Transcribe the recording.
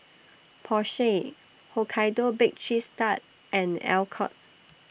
Porsche Hokkaido Baked Cheese Tart and Alcott